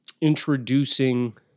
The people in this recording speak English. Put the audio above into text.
introducing